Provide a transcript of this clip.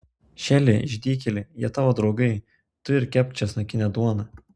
šeli išdykėli jie tavo draugai tu ir kepk česnakinę duoną